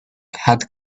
had